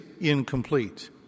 incomplete